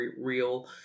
real